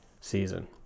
season